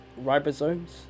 Ribosomes